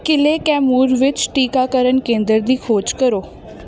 ਕਿਲੇ ਕੈਮੂਰ ਵਿੱਚ ਟੀਕਾਕਰਨ ਕੇਂਦਰ ਦੀ ਖੋਜ ਕਰੋ